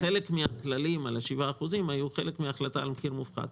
אבל חלק מן הכללים על ה-7% היו כלולים בהחלטה על מחיר מופחת,